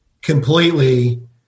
completely